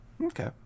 Okay